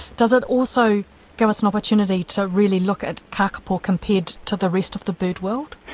does it also give us an opportunity to really look at kakapo compared to the rest of the bird world?